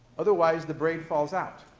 otherwise, the braid falls out.